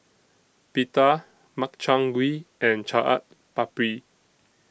Pita Makchang Gui and Chaat Papri